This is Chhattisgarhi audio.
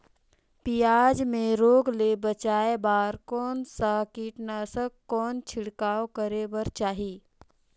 पियाज मे रोग ले बचाय बार कौन सा कीटनाशक कौन छिड़काव करे बर चाही?